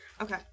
Okay